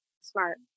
Smart